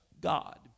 god